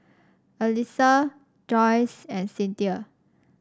Alysa Joyce and Cynthia